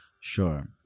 Sure